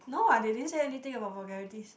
no ah they didn't say anything about vulgaraties